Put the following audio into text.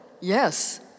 yes